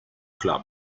club